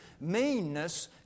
meanness